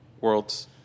world's